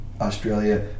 Australia